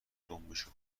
دمبشو